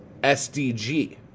SDG